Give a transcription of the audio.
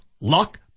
luck